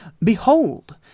Behold